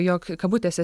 jog kabutėse